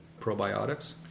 probiotics